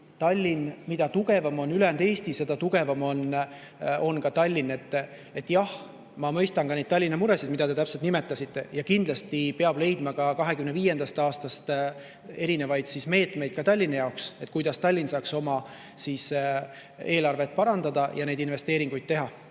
kord, mida tugevam on ülejäänud Eesti, seda tugevam on ka Tallinn. Jah, ma mõistan ka neid Tallinna muresid, mida te nimetasite. Kindlasti peab leidma alates 2025. aastast erinevaid meetmeid ka Tallinna jaoks, kuidas Tallinn saaks oma eelarvet parandada ja investeeringuid teha.